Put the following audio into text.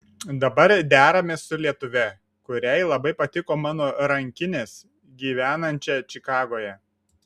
dabar deramės su lietuve kuriai labai patiko mano rankinės gyvenančia čikagoje